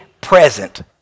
present